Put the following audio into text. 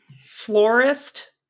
florist